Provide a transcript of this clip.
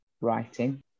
writing